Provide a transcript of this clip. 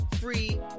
free